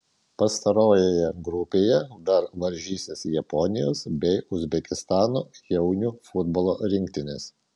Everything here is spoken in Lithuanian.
pastarojoje grupėje dar varžysis japonijos bei uzbekistano jaunių futbolo rinktinės